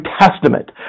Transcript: Testament